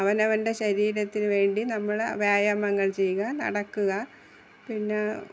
അവനവൻ്റെ ശരീരത്തിനു വേണ്ടി നമ്മൾ വ്യായാമങ്ങൾ ചെയ്യുക നടക്കുക പിന്നെ